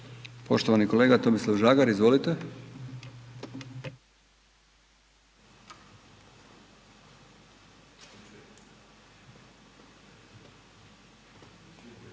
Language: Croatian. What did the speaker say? poštovani kolega Gordan Maras, izvolite.